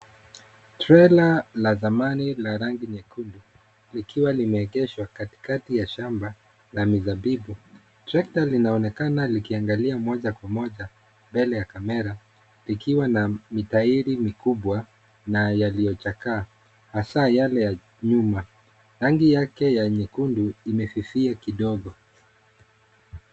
Trela la thamani la rangi nyekundu likiwa limeegeshwa katikati ya shamba la mizabibu. Trekta linaonekana likiangalia moja kwa moja mbele ya kamera likiwa na matairi makubwa na yaliyochakaa, hasa yale ya nyuma. Rangi yake ya nyekundu imefifia kidogo.